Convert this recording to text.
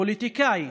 פוליטיקאי,